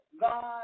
God